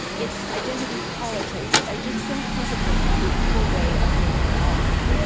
it's identity politics i just don't think it's a fruitful way of moving along.